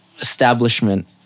establishment